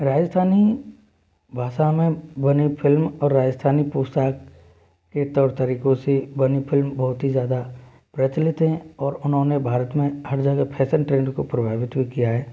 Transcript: राजस्थानी भाषा में बनी फिल्म और राजस्थानी पोशाक के तौर तरीक़ों से बनी फिल्म बहुत ही ज़्यादा प्रचलित हैं और उन्होंने भारत में हर जगह फैसन ट्रेंड को प्रभावित भी किया है